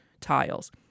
tiles